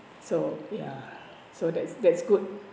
so ya so that's that's good